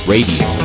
Radio